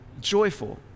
joyful